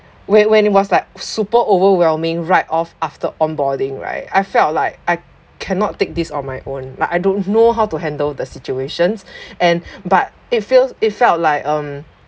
when when it was like super overwhelming right off after onboarding right I felt like I cannot take this on my own like I don't know how to handle the situations and but it feel it felt like um